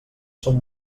són